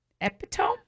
epitome